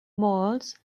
malls